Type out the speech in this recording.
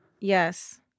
Yes